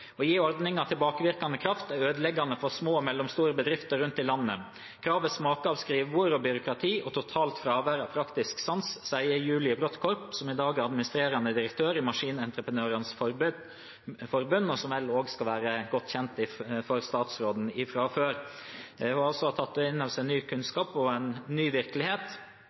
gi ordningen tilbakevirkende kraft er ødeleggende for små og mellomstore bedrifter rundt i hele landet. Kravet smaker av skrivebord og byråkrati, og totalt fravær av praktisk sans», sier Julie Brodtkorb, som i dag er administrerende direktør i Maskinentreprenørenes Forbund, og som vel også skal være godt kjent for statsråden fra før. Når vi nå har tatt til oss ny kunnskap og en ny virkelighet,